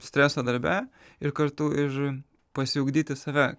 streso darbe ir kartu ir pasiugdyti save